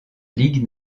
ligue